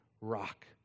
rock